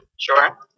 Sure